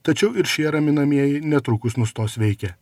tačiau ir šie raminamieji netrukus nustos veikę